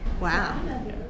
Wow